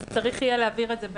צריך יהיה להעביר את זה בנוסח.